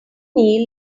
neil